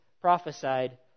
prophesied